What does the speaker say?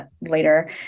later